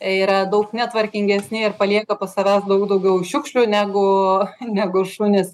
yra daug netvarkingesni ir palieka po savęs daug daugiau šiukšlių negu negu šunys